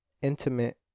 intimate